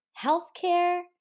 Healthcare